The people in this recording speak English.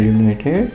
United